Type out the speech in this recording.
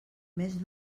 més